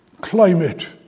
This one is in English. climate